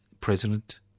President